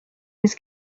his